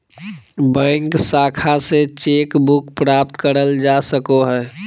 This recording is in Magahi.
बैंक शाखा से चेक बुक प्राप्त करल जा सको हय